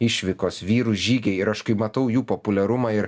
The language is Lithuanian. išvykos vyrų žygiai ir aš kai matau jų populiarumą ir